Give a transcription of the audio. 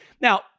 Now